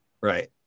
Right